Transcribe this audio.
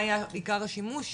מה היה עיקר השימוש שם?